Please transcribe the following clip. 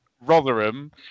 Rotherham